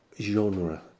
genre